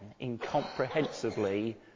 incomprehensibly